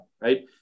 right